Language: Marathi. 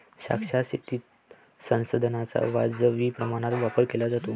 शाश्वत शेतीत संसाधनांचा वाजवी प्रमाणात वापर केला जातो